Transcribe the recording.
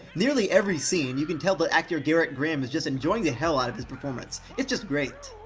nearly every scene, you can tell that actor gerrit graham is just enjoying the hell out of his performance it's just great.